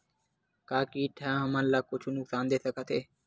का कीट ह हमन ला कुछु नुकसान दे सकत हे?